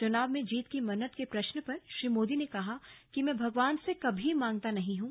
चुनाव में जीत की मन्नत के प्रश्न पर श्री मोदी ने कहा कि मैं भगवान से कभी मांगता नहीं हूं